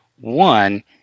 one